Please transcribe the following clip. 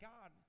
God